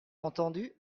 entendu